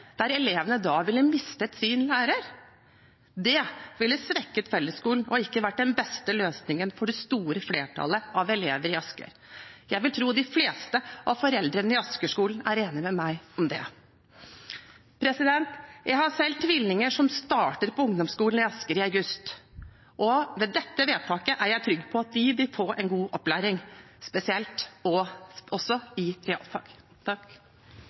der elevene da ville miste sin lærer. Det ville svekket fellesskolen og ikke vært den beste løsningen for det store flertallet av elevene i Asker. Jeg vil tro de fleste av foreldrene i Asker-skolen er enig med meg i det. Jeg har selv tvillinger som starter på ungdomsskolen i Asker i august, og med dette vedtaket er jeg trygg på at de vil få en god opplæring, også i realfag.